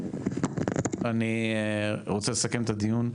אני רוצה לסכם את הדיון.